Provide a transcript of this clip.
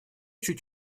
чуть